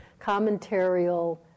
commentarial